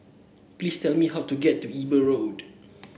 please tell me how to get to Eber Road